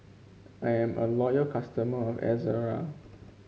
I'm a loyal customer of Ezerra